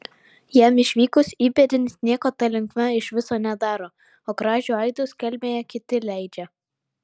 jam išvykus įpėdinis nieko ta linkme iš viso nedaro o kražių aidus kelmėje kiti leidžia